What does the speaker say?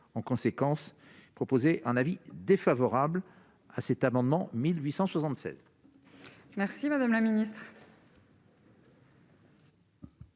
en conséquence proposé un avis défavorable à cet amendement 1876. Merci madame la ministre.